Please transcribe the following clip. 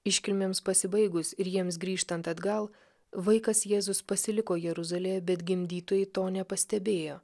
iškilmėms pasibaigus ir jiems grįžtant atgal vaikas jėzus pasiliko jeruzalėje bet gimdytojai to nepastebėjo